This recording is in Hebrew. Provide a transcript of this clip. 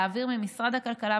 התשס"א 2001,